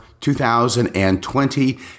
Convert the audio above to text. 2020